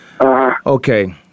Okay